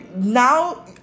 now